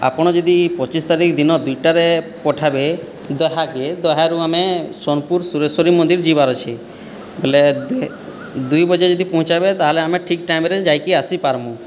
ଆପଣ ଯଦି ପଚିଶ ତାରିଖ ଦିନ ଦୁଇଟାରେ ପଠାଇବେ ଦେହ୍ୟାକୁ ଦେହ୍ୟାରୁ ଆମେ ସୋନପୁର ସୁରେଶ୍ଵରୀ ମନ୍ଦିର ଯିବାର ଅଛି ବୋଲେ ଦୁଇ ବଜେ ଯଦି ପହଁଞ୍ଚାଇବେ ତା'ହେଲେ ଆମେ ଠିକ୍ ଟାଇମ୍ରେ ଯାଇକି ଆସିପାରିବୁ